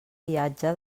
viatge